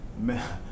man